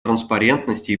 транспарентности